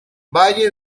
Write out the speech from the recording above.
valle